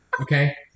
Okay